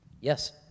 Yes